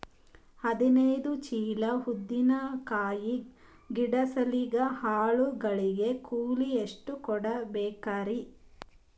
ಹದಿನೈದು ಚೀಲ ಉದ್ದಿನ ಕಾಯಿ ಬಿಡಸಲಿಕ ಆಳು ಗಳಿಗೆ ಕೂಲಿ ಎಷ್ಟು ಕೂಡಬೆಕರೀ?